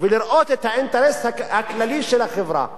ולראות את האינטרס הכללי של החברה.